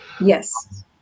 Yes